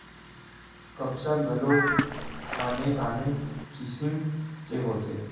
कपसा घलोक आने आने किसिम के होथे